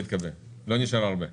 הצבעה לא אושר לא התקבל.